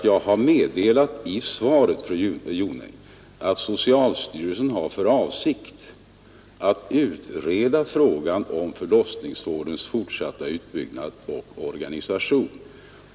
Jag har nämligen i svaret sagt att socialstyrelsen har för avsikt ”att utreda frågan om förlossningsvårdens fortsatta utbyggnad och organisation.